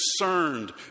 concerned